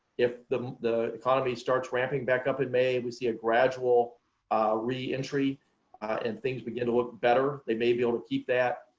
if the the economy starts ramping back up in may, we see a gradual re-entry and things begin to look better, they may be able to keep that.